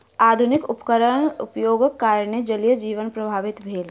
आधुनिक उपकरणक उपयोगक कारणेँ जलीय जीवन प्रभावित भेल